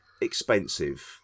expensive